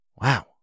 wow